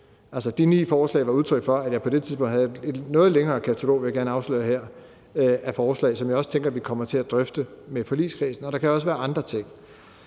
alene. De ni forslag var udtryk for, at jeg på det tidspunkt havde et noget længere katalog med forslag, vil jeg gerne afsløre her, som jeg også tænker vi kommer til at drøfte med forligskredsen, og der kan også være andre ting.